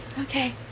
Okay